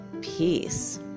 peace